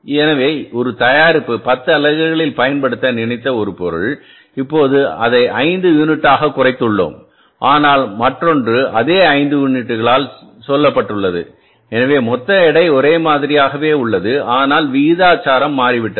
எனவே ஒரு தயாரிப்பு 10 அலகுகளில் பயன்படுத்த நினைத்த ஒரு பொருள் இப்போது அதை 5 யூனிட்டுகளாகக் குறைத்துள்ளோம் ஆனால் மற்றொன்று அதே 5 யூனிட்டுகளால் சொல்லப்பட்டுள்ளது எனவே மொத்த எடை ஒரே மாதிரியாகவே உள்ளது ஆனால் விகிதம் மாறிவிட்டது